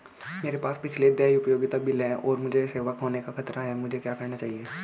मेरे पास पिछले देय उपयोगिता बिल हैं और मुझे सेवा खोने का खतरा है मुझे क्या करना चाहिए?